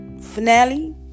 finale